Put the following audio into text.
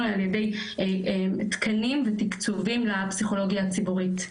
על ידי תקנים ותקצובים לפסיכולוגיה הציבורית.